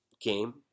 game